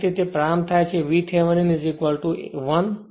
તેથી તે પ્રારંભ થાય છે VThevenin 1